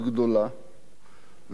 ושתיים, עצב עמוק.